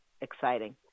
exciting